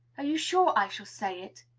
are you sure i shall say it?